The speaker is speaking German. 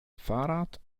fahrrad